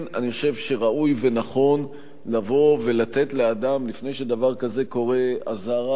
אני חושב שראוי ונכון לבוא ולתת לאדם לפני שדבר כזה קורה אזהרה,